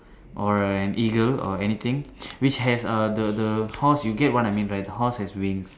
or an eagle or anything which has uh the the horse you get what I mean right the horse has wings